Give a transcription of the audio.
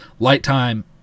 Lighttime